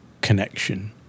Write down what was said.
connection